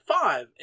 five